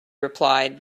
replied